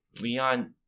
Leon